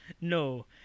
no